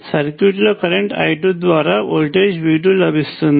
circuit లోకరెంట్ I2 ద్వారా voltage V2 లభిస్తుంది